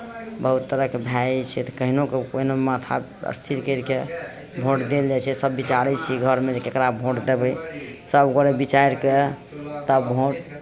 बहुत तरहके भए जाइ छै तऽ कहिनो कोइ ने माथा स्थिर करि कऽ भोट देल जाइ छै सभ विचारै छी घरमे जे ककरा भोट देबै सभगोरे विचारि कऽ तब भोट